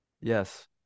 Yes